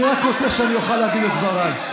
אני רק רוצה שאני אוכל להגיד את דבריי.